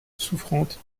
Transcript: souffrante